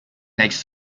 next